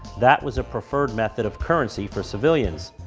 that was a preferred method of currency for civilians.